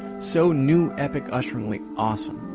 so new epic usheringly awesome,